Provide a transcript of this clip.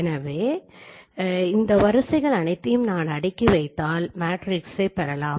எனவே இந்த வரிசைகள் அனைத்தையும் நான் அடுக்கி வைத்தால் மேட்ரிக்ஸை பெறலாம்